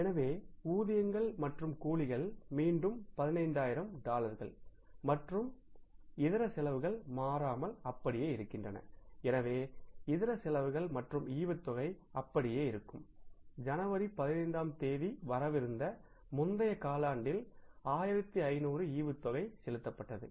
எனவே ஊதியங்கள் மற்றும் கூலிகள் மீண்டும் 15000 டாலர்கள் மற்றும் இதர செலவுகள் மாறாமல் அப்படியே இருக்கின்றன எனவே இதர செலவுகள் மற்றும் டிவிடெண்ட் அப்படியே இருக்கும் ஜனவரி 15 ஆம் தேதி வரவிருந்த முந்தைய காலாண்டில் 1500 டிவிடெண்ட் செலுத்தப்பட்டது